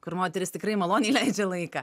kur moterys tikrai maloniai leidžia laiką